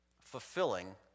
Fulfilling